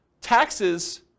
taxes